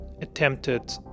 attempted